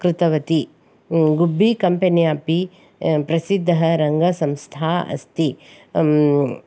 कृतवति गुब्बि कम्पेनि अपि प्रसिद्धः रङ्गसंस्था अस्ति